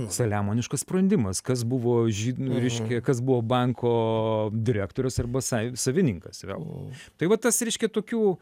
saliamoniškas sprendimas kas buvo žy reiškia kas buvo banko direktorius arba sa savininkas vėl tai va tas reiškia tokių